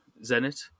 Zenit